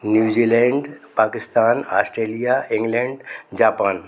New Zealand Pakistan Australia England Japan